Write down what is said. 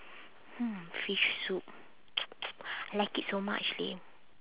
hmm fish soup I like it so much leh